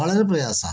വളരെ പ്രയാസമാണ്